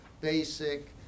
basic